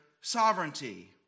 sovereignty